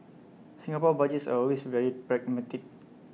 Singapore Budgets are always very pragmatic